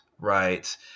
right